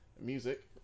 music